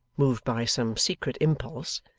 moved by some secret impulse,